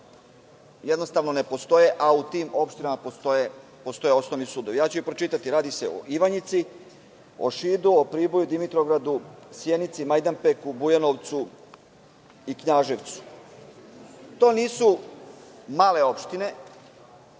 jednostavno ne postoje, a u tim opštinama postoje osnovni sudovi. Pročitaću ih. Radi se o Ivanjici, Šidu, Priboju, Dimitrovgradu, Sjenici, Majdanpeku, Bujanovcu i Knjaževcu. To nisu male opštine.